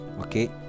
okay